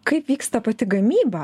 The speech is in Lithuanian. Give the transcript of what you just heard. kaip vyksta pati gamyba